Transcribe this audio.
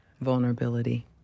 Vulnerability